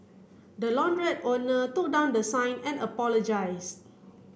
the launderette owner took down the sign and apologised